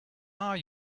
are